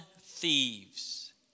thieves